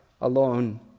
alone